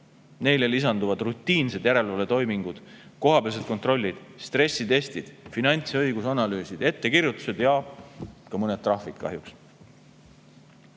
Neile lisanduvad rutiinsed järelevalvetoimingud, kohapealsed kontrollid, stressitestid, finants‑ ja õigusanalüüsid, ettekirjutused ja ka mõned trahvid kahjuks.